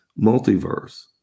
multiverse